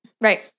Right